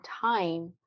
time